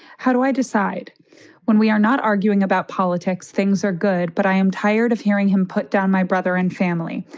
how do i decide when we are not arguing about politics? things are good, but i am tired of hearing him put down my brother and family.